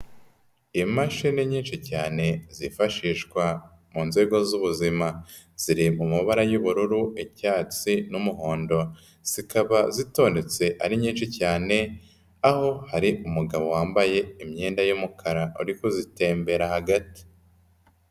Imashini nyinshi cyane zifashishwa mu nzego z'ubuzima, ziri mu mabara y'ubururu, icyatsi n'umuhondo. Zikaba zitondetse ari nyinshi cyane, aho hari umugabo wambaye imyenda y'umukara uri kuzitembera hagati.